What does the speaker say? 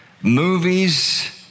movies